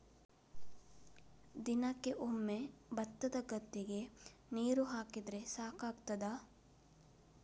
ದಿನಕ್ಕೆ ಒಮ್ಮೆ ಭತ್ತದ ಗದ್ದೆಗೆ ನೀರು ಹಾಕಿದ್ರೆ ಸಾಕಾಗ್ತದ?